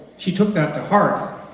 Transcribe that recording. she took that to heart,